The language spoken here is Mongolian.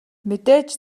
мэдээж